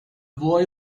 boy